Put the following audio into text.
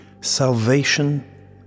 salvation